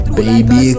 baby